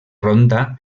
ronda